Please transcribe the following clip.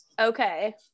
Okay